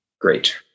Great